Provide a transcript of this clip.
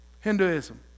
Hinduism